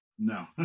No